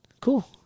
Cool